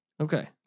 Okay